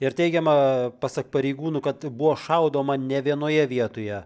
ir teigiama pasak pareigūnų kad buvo šaudoma ne vienoje vietoje